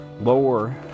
lower